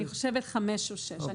אני חושבת שחמישה או שישה.